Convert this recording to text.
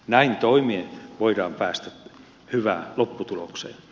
näin toimien voidaan päästä hyvään lopputulokseen